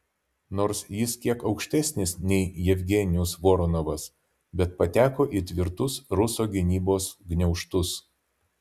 nors jis kiek aukštesnis nei jevgenijus voronovas bet pateko į tvirtus ruso gynybos gniaužtus